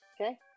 Okay